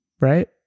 Right